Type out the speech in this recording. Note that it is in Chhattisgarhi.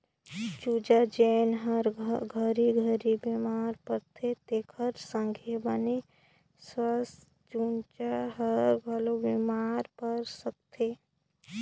चूजा जेन हर घरी घरी बेमार परथे तेखर संघे बने सुवस्थ चूजा हर घलो बेमार पर सकथे